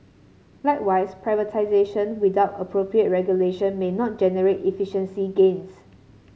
likewise privatisation without appropriate regulation may not generate efficiency gains